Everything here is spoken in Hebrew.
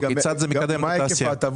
מקובל עלי.